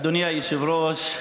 אדוני היושב-ראש,